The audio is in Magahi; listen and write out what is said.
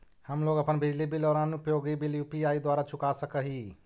हम लोग अपन बिजली बिल और अन्य उपयोगि बिल यू.पी.आई द्वारा चुका सक ही